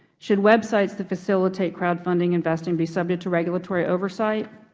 should websites to facilitate crowdfunding investing be subject to regulatory oversight?